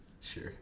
sure